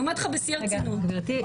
גברתי,